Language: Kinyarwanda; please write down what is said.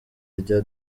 rya